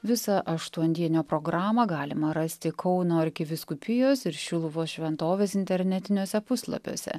visą aštuondienio programą galima rasti kauno arkivyskupijos ir šiluvos šventovės internetiniuose puslapiuose